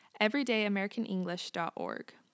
everydayamericanenglish.org